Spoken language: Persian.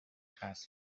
حذف